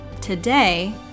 Today